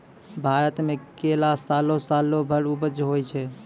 भारत मे केला सालो सालो भर उपज होय छै